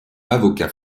avocat